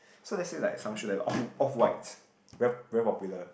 so let's say like some shoe like the off off whites very very popular